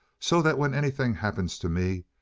so that when anything happens to me,